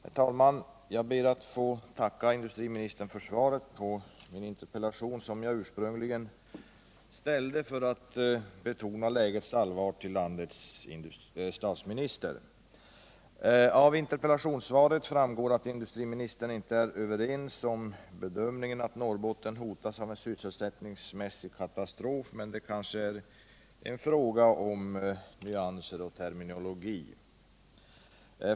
Herr talman! Jag ber att få tacka industriministern för svaret på min interpellation, som jag ursprungligen riktade - för att betona lägets allvar — till landets statsminister. Av interpellationssvaret framgår att industriministern icke är överens med mig om bedömningen att Norrbotten hotas av en sysselsättningsmässig katastrof. Men det kanske är en fråga om nyanser och terminologi.